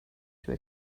too